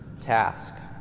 task